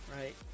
right